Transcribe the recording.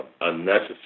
unnecessary